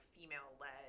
female-led